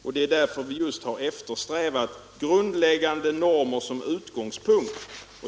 Just därför har vi eftersträvat grundläggande normer som utgångspunkt.